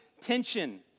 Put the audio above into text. tension